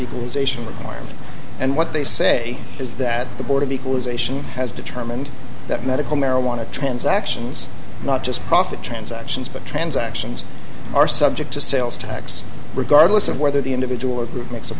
equalization requirement and what they say is that the board of equalization has determined that medical marijuana transactions not just profit transactions but transactions are subject to sales tax regardless of whether the individual or g